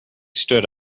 stood